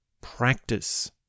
practice